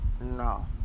No